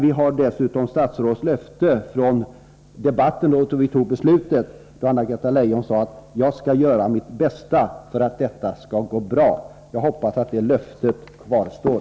Vi har dessutom statsrådets löfte från debatten i anslutning till beslutet, då Anna-Greta Leijon sade: Jag skall göra mitt bästa för att det skall gå bra. Jag hoppas att det löftet kvarstår.